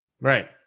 right